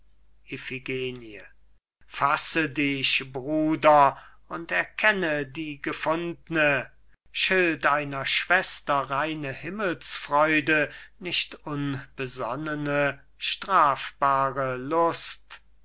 fasse dich bruder und erkenne die gefundne schilt einer schwester reine himmelsfreude nicht unbesonnene strafbare lust